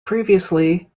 previously